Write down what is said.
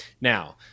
Now